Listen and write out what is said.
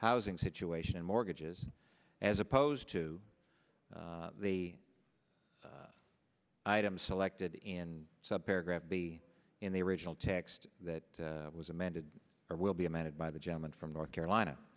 housing situation mortgages as opposed to the item selected in some paragraph be in the original text that was amended or will be amended by the gentleman from north carolina